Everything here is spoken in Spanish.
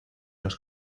los